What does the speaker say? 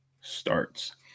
starts